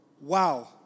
Wow